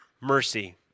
mercy